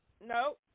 No